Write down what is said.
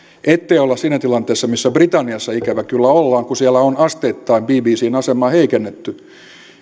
ettei olla siinä tilanteessa missä britanniassa ikävä kyllä ollaan kun siellä ollaan asteittain bbcn asemaa heikennetty